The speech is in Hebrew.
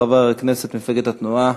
חבר הכנסת ממפלגת התנועה,